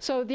so the